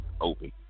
open